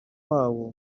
wawo